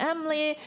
Emily